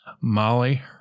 Molly